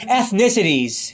ethnicities